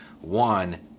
One